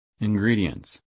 Ingredients